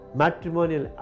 matrimonial